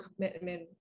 commitment